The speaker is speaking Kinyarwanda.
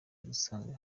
dusanga